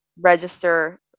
register